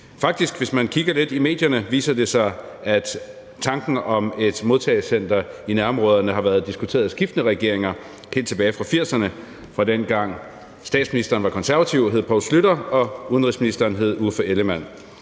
siden. Hvis man kigger lidt i medierne, viser det sig faktisk, at tanken om et modtagecenter i nærområderne har været diskuteret af skiftende regeringer helt tilbage fra 80'erne, dengang statsministeren var konservativ og hed Poul Schlüter og udenrigsministeren hed Uffe Ellemann-Jensen.